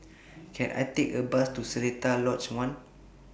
Can I Take A Bus to Seletar Lodge one